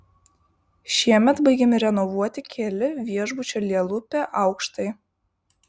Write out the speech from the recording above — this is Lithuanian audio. šiemet baigiami renovuoti keli viešbučio lielupe aukštai